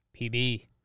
PB